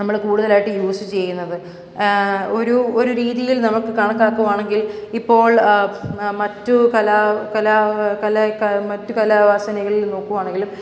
നമ്മൾ കൂടുതലായിട്ട് യൂസ് ചെയ്യുന്നത് ഒരു ഒരു രീതിയിൽ നമുക്ക് കണക്കാക്കുകയാണെങ്കിൽ ഇപ്പോൾ മ മറ്റു കലാ കലാ കലയൊക്കെയാകും മറ്റു കലാവാസനയിൽ നോക്കുകയാണെങ്കിലും